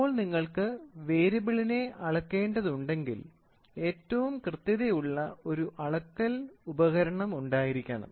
ഇപ്പോൾ നിങ്ങൾക്ക് വേരിയബിളിനെ അളക്കേണ്ടതുണ്ടെങ്കിൽ ഏറ്റവും കൃത്യതയുള്ള ഒരു അളക്കൽ ഉപകരണം ഉണ്ടായിരിക്കണം